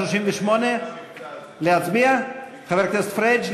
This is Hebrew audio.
38, להצביע, חבר הכנסת פריג'?